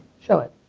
show it,